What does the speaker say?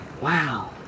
Wow